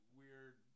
weird